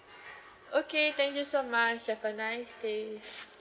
okay thank you so much have a nice day